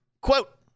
Quote